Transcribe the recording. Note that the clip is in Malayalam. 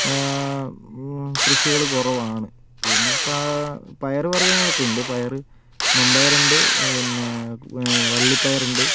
കൃഷികൾ കുറവാണ് പിന്നെ ഇപ്പോൾ പയറു വർഗ്ഗങ്ങളൊക്കെ ഉണ്ട് പയർ മമ്പയർ ഉണ്ട് പിന്നെ വള്ളിപ്പയർ ഉണ്ട്